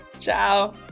Ciao